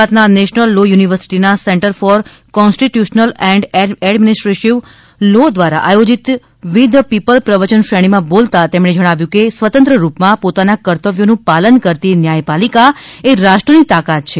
ગુજરાતના national law યુનિવર્સિટીના centre for constitutional and administrative law દ્વારા આયોજીત વી ધ પીપલ પ્રવચન શ્રેણીમાં બોલતાં તેમણે જણાવ્યું કે સ્વતંત્ર રૂપમાં પોતાના કર્તવ્યોનું પાલન કરતી ન્યાયપાલિકા એ રાષ્ટ્રની તાકાત છે